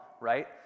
right